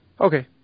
Okay